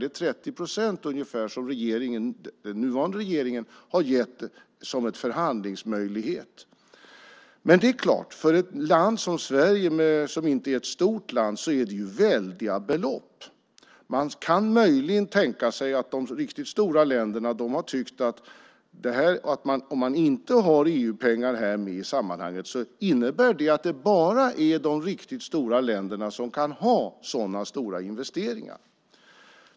Det är 30 procent ungefär som den nuvarande regeringen har gett som en förhandlingsmöjlighet. Men det är klart, för ett land som Sverige som inte är ett stort land är det väldiga belopp. Man kan möjligen tänka sig att de riktigt stora länderna har tyckt att om man inte har EU-pengar med i sammanhanget innebär det att det bara är de riktigt stora länderna som kan ha sådana stora investeringar.